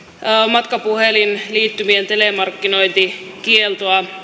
matkapuhelinliittymien telemarkkinointikieltoa